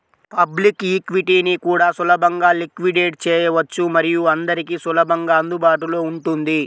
public ఈక్విటీని కూడా సులభంగా లిక్విడేట్ చేయవచ్చు మరియు అందరికీ సులభంగా అందుబాటులో ఉంటుంది